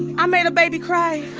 i made a baby cry